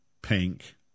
pink